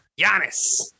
Giannis